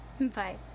Bye